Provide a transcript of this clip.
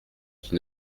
qui